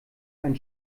ein